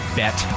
bet